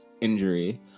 injury